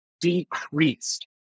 decreased